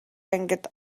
ангид